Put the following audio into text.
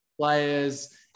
players